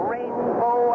Rainbow